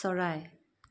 চৰাই